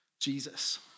Jesus